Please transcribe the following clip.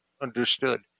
understood